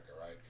right